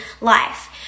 life